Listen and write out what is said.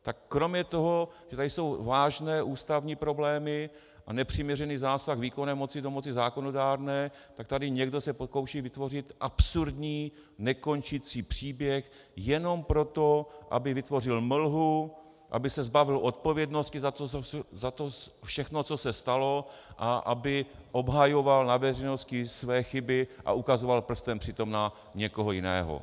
Tak kromě toho, že tady jsou vážné ústavní problémy a nepřiměřený zásah výkonné moci do moci zákonodárné, tak tady se někdo pokouší vytvořit absurdní, nekončící příběh jenom proto, aby vytvořil mlhu, aby se zbavil odpovědnosti za to všechno, co se stalo, a aby obhajoval na veřejnosti své chyby a ukazoval prstem přitom na někoho jiného.